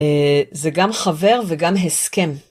זה גם חבר וגם הסכם.